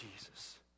Jesus